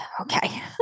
Okay